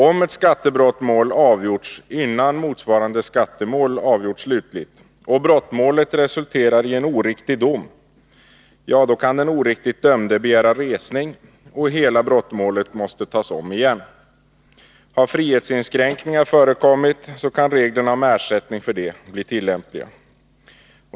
Om ett skattebrottmål har avgjorts innan motsvarande skattemål slutligt har avgjorts och brottmålet resulterar i en oriktig dom, kan den dömde begära resning, och hela brottmålet måste tas om igen. Har frihetsinskränkningar förekommit kan reglerna om ersättning för det bli tillämpliga.